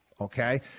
Okay